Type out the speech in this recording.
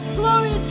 glory